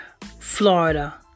Florida